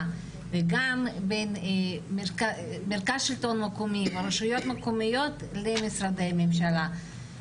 וגם בין מרכז לשלטון מקומי ורשויות מקומיות למשרדי הממשלה.